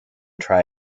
try